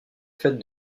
fait